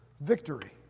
victory